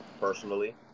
personally